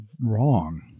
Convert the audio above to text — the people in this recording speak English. wrong